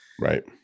Right